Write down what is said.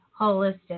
holistic